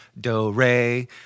do-re